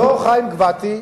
אותו חיים גבתי